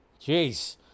Jeez